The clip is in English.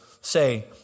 say